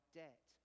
debt